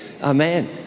Amen